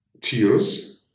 tears